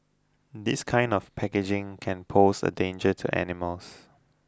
this kind of packaging can pose a danger to animals